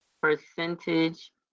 percentage